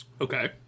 Okay